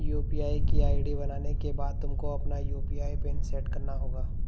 UPI की ID बनाने के बाद तुमको अपना यू.पी.आई पिन सैट करना होगा